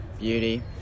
beauty